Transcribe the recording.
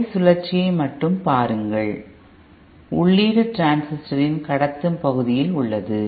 அரை சுழற்சியை மட்டும் பாருங்கள் உள்ளீடு டிரான்சிஸ்டரின் கடத்தும் பகுதியில் உள்ளது